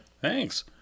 Thanks